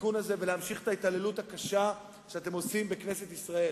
התיקון הזה ולהמשיך את ההתעללות הקשה שלכם בכנסת ישראל,